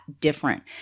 different